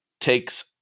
takes